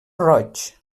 roig